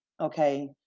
okay